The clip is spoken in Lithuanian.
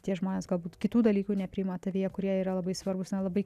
tie žmonės galbūt kitų dalykų nepriima tavyje kurie yra labai svarbūs na labai